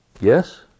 Yes